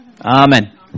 Amen